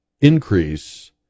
increase